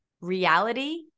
reality